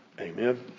Amen